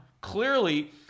clearly